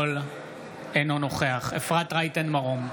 אינו נוכח אפרת רייטן מרום,